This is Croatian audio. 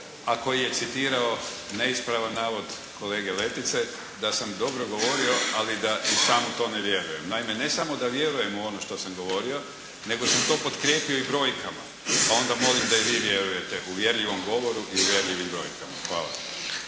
a koji je citirao neispravan navod kolege Letice da sam dobro govorio ali da i sam u to ne vjerujem. Naime, ne samo da vjerujem u ono što sam govorio, nego sam to potkrijepio i brojkama. Pa onda molim da i vi vjeruju uvjerljivom govoru i uvjerljivim brojkama. Hvala.